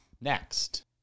next